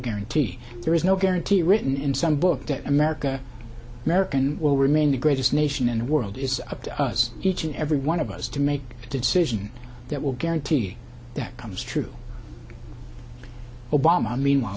guarantee there is no guarantee written in some book that america american will remain the greatest nation in the world is up to us each and every one of us to make decisions that will guarantee that comes true obama meanwhile